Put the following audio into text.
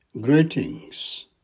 Greetings